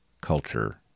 culture